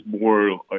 more –